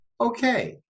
okay